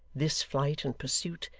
this flight and pursuit,